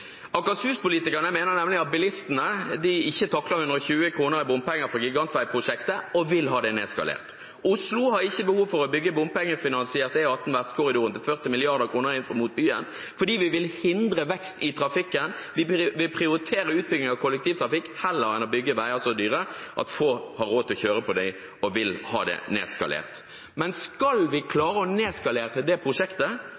Akershus-politikerne mener nemlig at bilistene ikke takler 120 kr i bompenger på gigantveiprosjektet og vil ha det nedskalert. Oslo har ikke behov for å bygge bompengefinansierte E18 Vestkorridoren til 40 mrd. kr inn mot byen. Vi vil hindre vekst i trafikken, vi vil prioritere utbygging av kollektivtrafikk heller enn å bygge veier så dyre at få har råd til å kjøre på dem. Vi vil ha dem nedskalert. Men skal vi